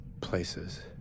places